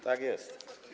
Tak jest.